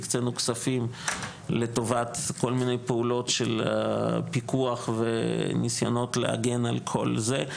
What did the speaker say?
הקצינו כספים לטובת כל מיני פעולות של פיקוח וניסיונות להגן על כל זה.